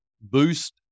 boost